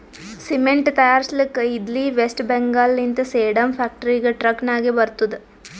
cement ತೈಯಾರ್ಸ್ಲಕ್ ಇದ್ಲಿ ವೆಸ್ಟ್ ಬೆಂಗಾಲ್ ಲಿಂತ ಸೇಡಂ ಫ್ಯಾಕ್ಟರಿಗ ಟ್ರಕ್ ನಾಗೆ ಬರ್ತುದ್